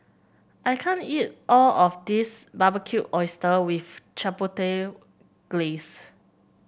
I can't eat all of this Barbecued Oyster with Chipotle Glaze